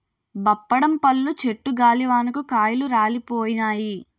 బప్పడం పళ్ళు చెట్టు గాలివానకు కాయలు రాలిపోయినాయి